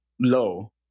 low